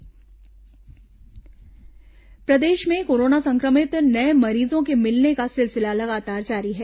corona मरीज प्रदेश में कोरोना संक्रमित नये मरीजों के मिलने का सिलसिला लगातार जारी है